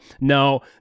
no